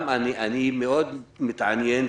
אני מאוד מתעניין,